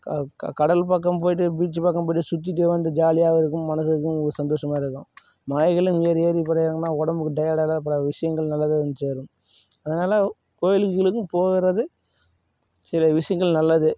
க கடல் பக்கம் போயிட்டு பீச்சு பக்கம் போயிட்டு சுற்றிட்டு வந்து ஜாலியாகவும் இருக்கும் மனதுக்கும் சந்தோஷமாக இருக்கும் மலைகளும் ஏறி ஏறி உடம்புக்கு டயர்டாகதான் பல விஷயங்கள் நல்லது வந்து சேரும் அதனால் கோயிலுக்கும் கீலுக்கும் போகிறது சில விஷயங்கள் நல்லது